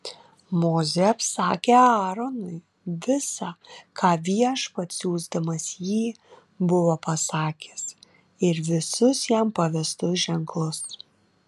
mozė apsakė aaronui visa ką viešpats siųsdamas jį buvo pasakęs ir visus jam pavestus ženklus